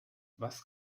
was